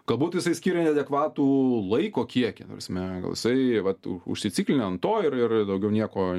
galbūt jisai skiria neadekvatų laiko kiekį ta prasme gal jisai vat užsiciklina ant to ir ir daugiau nieko